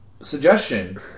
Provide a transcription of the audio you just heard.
suggestion